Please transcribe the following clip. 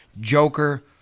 Joker